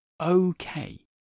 okay